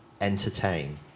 entertain